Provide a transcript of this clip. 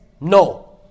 no